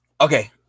Okay